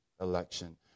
election